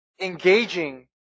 engaging